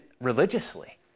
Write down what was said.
religiously